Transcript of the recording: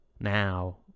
Now